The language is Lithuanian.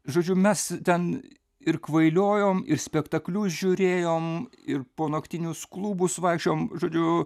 žodžiu mes ten ir kvailiojom ir spektaklius žiūrėjom ir po naktinius klubus vaikščiojom žodžiu